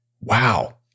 Wow